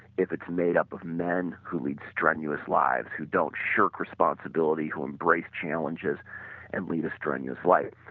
if it's made up of men who lead strenuous lives, who don't shirk responsibility, who embrace challenges and lead a strenuous life.